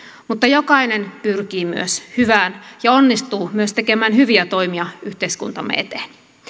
mutta jokainen pyrkii myös hyvään ja onnistuu myös tekemään hyviä toimia yhteiskuntamme eteen